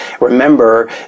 remember